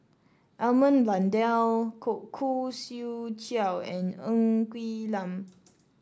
Edmund Blundell Khoo Swee Chiow and Ng Quee Lam